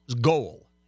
goal